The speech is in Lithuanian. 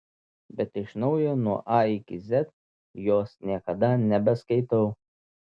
bet iš naujo nuo a iki z jos niekada nebeskaitau